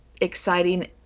exciting